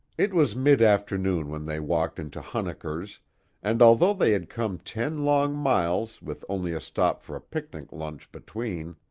it was mid-afternoon when they walked into hunnikers and although they had come ten long miles with only a stop for a picnic lunch between,